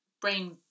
brain